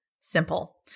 simple